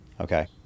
Okay